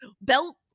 belt